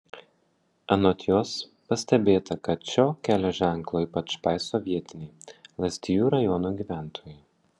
anot jos pastebėta kad šio kelio ženklo ypač paiso vietiniai lazdijų rajono gyventojai